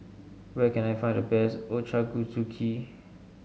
where can I find the best Ochazuke